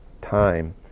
time